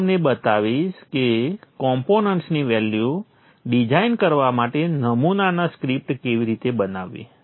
હું તમને બતાવીશ કે કોમ્પોનન્ટ્સની વેલ્યુ ડિઝાઇન કરવા માટે નમૂના સ્ક્રિપ્ટ કેવી રીતે બનાવવી